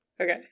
Okay